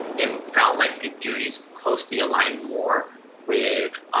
it felt like duties closely align more with